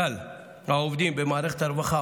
כלל העובדים במערכת הרווחה,